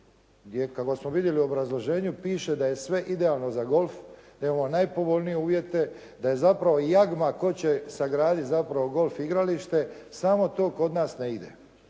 gdje kada smo vidjeli u obrazloženju piše da je sve idealno za golf, da imamo najpovoljnije uvjete, da je zapravo jagma tko će sagraditi zapravo golf igralište, samo to kod nas ne ide.